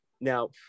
now